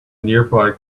nearby